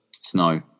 Snow